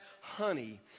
honey